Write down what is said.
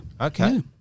Okay